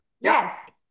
Yes